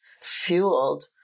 fueled